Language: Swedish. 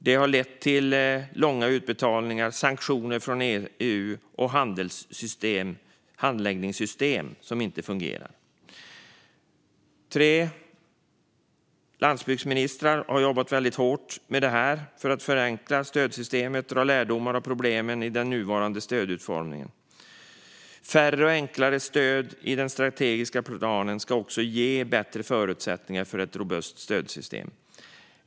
Det har lett till utbetalningar som tagit lång tid, sanktioner från EU och handläggningssystem som inte fungerar. Tre landsbygdsministrar har jobbat väldigt hårt med detta för att förenkla stödsystemet och dra lärdomar av problemen i den nuvarande stödutformningen. Färre och enklare stöd i den strategiska planen ska ge bättre förutsättningar för ett robust stödsystem.